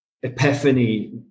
epiphany